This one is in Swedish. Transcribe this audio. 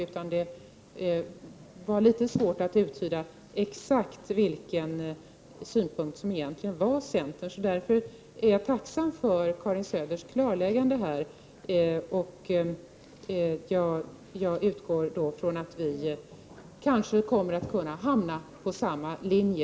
Det har alltså varit litet svårt att exakt uttyda centerns ståndpunkt. Därför är jag tacksam för Karin Söders klarläggande här. Jag utgår från att vi till slut kanske hamnar på samma linje.